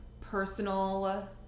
personal